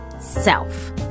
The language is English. self